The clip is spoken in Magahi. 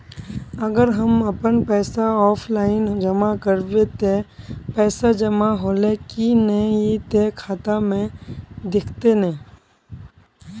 अगर हम अपन पैसा ऑफलाइन जमा करबे ते पैसा जमा होले की नय इ ते खाता में दिखते ने?